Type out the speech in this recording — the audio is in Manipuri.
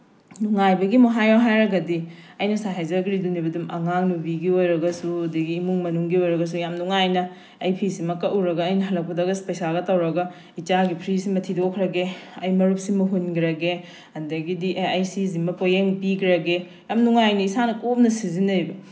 ꯅꯨꯡꯉꯥꯏꯕꯒꯤ ꯑꯃꯨꯛ ꯍꯥꯏꯌꯨ ꯍꯥꯏꯔꯒꯗꯤ ꯑꯩꯅ ꯉꯁꯥꯏ ꯍꯥꯏꯖꯈ꯭ꯔꯤꯗꯨꯅꯦꯕ ꯑꯗꯨꯝ ꯑꯉꯥꯡ ꯅꯨꯄꯤꯒꯤ ꯑꯣꯏꯔꯒꯁꯨ ꯑꯗꯒꯤ ꯏꯃꯨꯡ ꯃꯅꯨꯡꯒꯤ ꯑꯣꯏꯔꯒꯁꯨ ꯌꯥꯝ ꯅꯨꯡꯉꯥꯏꯅ ꯑꯩ ꯐꯤꯁꯤꯃ ꯀꯛꯎꯔꯒ ꯑꯩꯅ ꯍꯜꯂꯛꯄꯗꯒ ꯑꯁ ꯄꯩꯁꯥꯒ ꯇꯧꯔꯒ ꯏꯆꯥꯒꯤ ꯐꯤꯁꯤꯃ ꯊꯤꯗꯣꯛꯈ꯭ꯔꯒꯦ ꯑꯩ ꯃꯔꯨꯞꯁꯤꯃ ꯍꯨꯟꯈ꯭ꯔꯒꯦ ꯑꯗꯒꯤꯗꯤ ꯑꯦ ꯑꯩ ꯁꯤꯁꯤꯃ ꯄꯣꯠꯌꯦꯡ ꯄꯤꯈ꯭ꯔꯒꯦ ꯌꯥꯝ ꯅꯨꯡꯉꯥꯏꯅ ꯏꯁꯥꯅ ꯀꯣꯝꯅ ꯁꯤꯖꯟꯅꯩꯕ